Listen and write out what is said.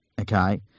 Okay